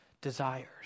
desires